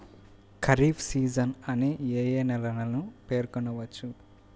Kharif season అని ఏ ఏ నెలలను పేర్కొనవచ్చు?